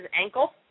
ankle